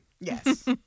Yes